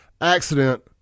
accident